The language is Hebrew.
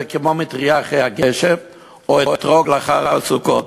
זה כמו מטרייה אחרי הגשם או אתרוג לאחר הסוכות.